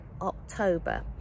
October